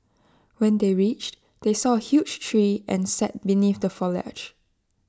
when they reached they saw A huge tree and sat beneath the foliage